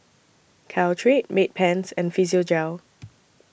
Caltrate Bedpans and Physiogel